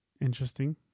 Interesting